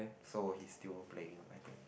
so he still playing I think